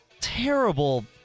terrible